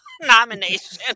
nomination